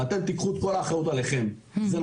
ואתם תיקחו את כל האחריות עליכם.